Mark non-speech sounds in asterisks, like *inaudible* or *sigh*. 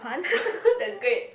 *laughs* that's great